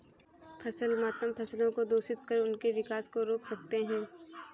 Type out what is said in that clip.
फसल मातम फसलों को दूषित कर उनके विकास को रोक सकते हैं